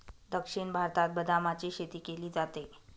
दक्षिण भारतात बदामाची शेती केली जाते